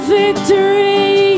victory